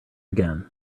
again